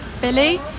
Billy